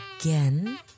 Again